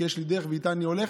כי יש לי דרך ואיתה אני הולך